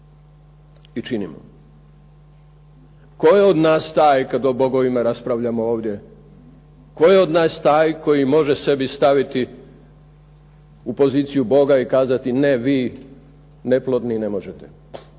i činimo. Tko je od nas taj kada o bogovima raspravljamo ovdje, tko je od nas taj koji se može staviti u poziciju Boga i kazati ne vi neplodni ne možete